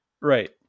Right